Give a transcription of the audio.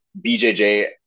BJJ